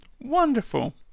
Wonderful